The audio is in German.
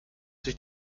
sich